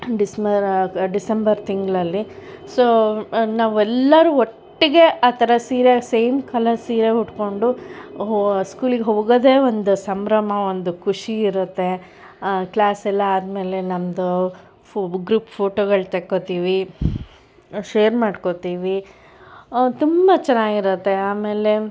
ಡಿಸ್ಮರ್ December ತಿಂಗಳಲ್ಲಿ so ನಾವೆಲ್ಲರೂ ಒಟ್ಟಿಗೆ ಆ ಥರ ಸೀರೆ ಸೇಮ್ ಕಲರ್ ಸೀರೆ ಉಟ್ಕೊಂಡು ಸ್ಕೂಲಿಗೆ ಹೋಗೋದೇ ಒಂದು ಸಂಭ್ರಮ ಒಂದು ಖುಷಿ ಇರುತ್ತೆ ಕ್ಲಾಸ್ ಎಲ್ಲ ಆದಮೇಲೆ ನಮ್ಮದು ಫೋ ಗ್ರೂಪ್ ಫೋಟೋಗಳು ತೆಕ್ಕೊತ್ತೀವಿ ಶೇರ್ ಮಾಡ್ಕೋತೀವಿ ತುಂಬ ಚೆನ್ನಾಗಿ ಇರುತ್ತೆ ಆಮೇಲೆ